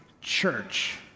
church